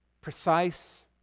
precise